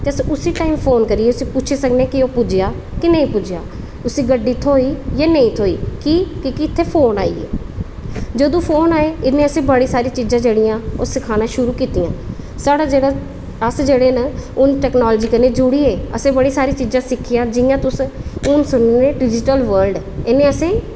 ते उसी घरा अस फोन करियै पुच्छी सकने की ओह् पुज्जेआ जां नेईं पुज्जेआ उसी गड्डी थ्होई जां नेईं थ्होई की के इत्थें फोन आई सारी चीज़ां जेह्ड़ियां ओह् सिखाना शुरू कीतियां साढ़ा जेह्ड़ा अस जेह्ड़े न हून टेक्नोलॉज़ी कन्नै जुड़ियै बड़ी सारी चीज़ां सिक्खियां न ते हून जियां अस सुनने आं डिजीटल वर्ड इन्ने असेंगी